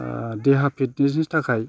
देहा फिटनेसनि थाखाय